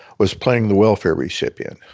was playing the welfare recipient.